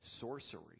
sorcery